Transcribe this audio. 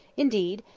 indeed,